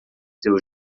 seu